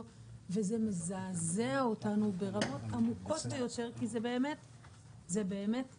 וזה מזעזע אותנו ברמות עמוקות ביותר כי זה באמת מחריד,